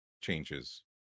changes